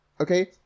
Okay